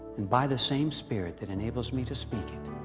and by the same spirit that enables me to speak it,